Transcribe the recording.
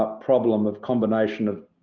ah problem of combination of,